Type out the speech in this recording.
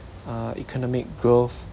uh economic growth